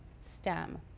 stem